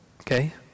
Okay